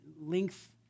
length